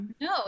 No